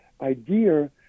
idea